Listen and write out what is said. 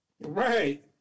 Right